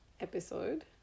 episode